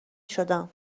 شدم